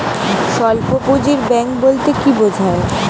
স্বল্প পুঁজির ব্যাঙ্ক বলতে কি বোঝায়?